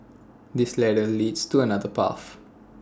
this ladder leads to another path